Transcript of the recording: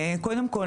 קודם כול,